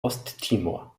osttimor